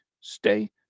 stay